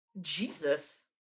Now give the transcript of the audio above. Jesus